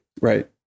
Right